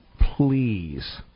Please